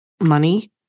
money